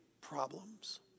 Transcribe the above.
problems